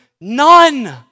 none